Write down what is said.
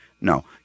No